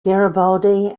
garibaldi